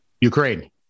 Ukraine